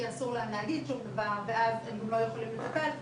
כי אסור להם להגיד שום דבר ואז הם גם לא יכולים לדבר.